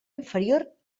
inferior